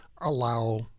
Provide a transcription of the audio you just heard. allow